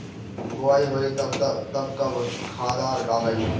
बोआई होई तब कब खादार डालाई?